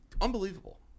unbelievable